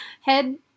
head